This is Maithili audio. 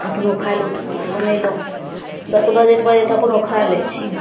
अपनो खाइलए उठ बनैलहुॅं दस बजैत बजैत अपनो खाइ लै छी